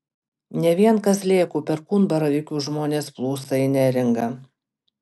ne vien kazlėkų perkūnbaravykių žmonės plūsta į neringą